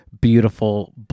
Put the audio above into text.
beautiful